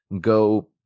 go